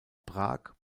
prag